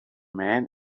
man